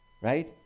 right